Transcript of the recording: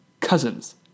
Cousins